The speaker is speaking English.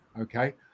okay